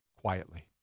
quietly